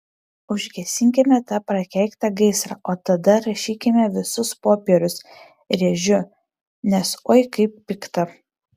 užgesinkime tą prakeiktą gaisrą o tada rašykime visus popierius rėžiu nes oi kaip pikta